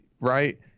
Right